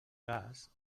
cas